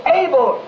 able